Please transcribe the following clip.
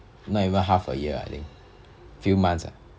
no even half a year ah I think few months ah